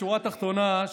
בשורה התחתונה,